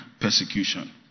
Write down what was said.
persecution